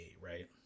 Right